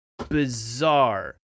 Bizarre